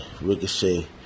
Ricochet